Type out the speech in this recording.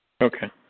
Okay